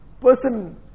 Person